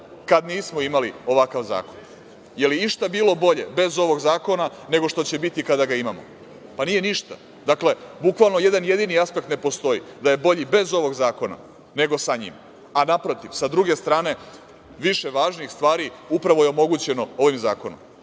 kad nismo imali ovakav zakon. Da li je išta bilo bolje bez ovog zakona, nego što će biti kada ga imamo? Pa, nije ništa. Bukvalno jedan jedini aspekt ne postoji da je bolji bez ovog zakona, nego sa njim, a naprotiv, sa druge strane, više važnih stvari upravo je omogućeno ovim zakonom.